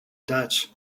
dutch